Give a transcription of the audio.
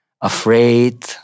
afraid